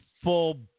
full